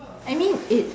I mean it